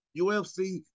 UFC